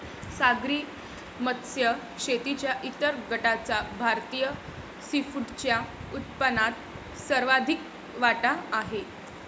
सागरी मत्स्य शेतीच्या इतर गटाचा भारतीय सीफूडच्या उत्पन्नात सर्वाधिक वाटा आहे